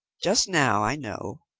just now, i know,